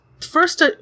first